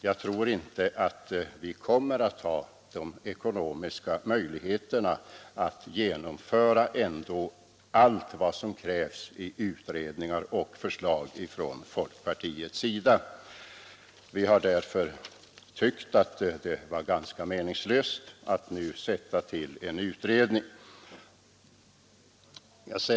Jag tror inte att vi kommer att ha de ekonomiska möjligheterna att genomföra allt vad som krävs i utredningar och förslag från folkpartiets sida. Vi har därför tyckt det vara ganska meningslöst att nu tillsätta en utredning.